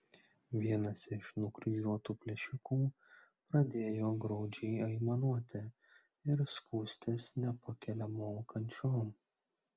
vienas iš nukryžiuotų plėšikų pradėjo graudžiai aimanuoti ir skųstis nepakeliamom kančiom